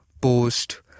post